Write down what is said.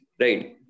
right